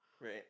right